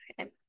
okay